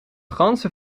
ganzen